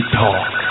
talk